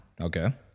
Okay